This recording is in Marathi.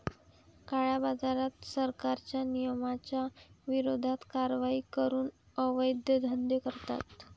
काळ्याबाजारात, सरकारच्या नियमांच्या विरोधात कारवाई करून अवैध धंदे करतात